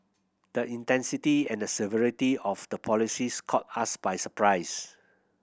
the intensity and the severity of the policies caught us by surprise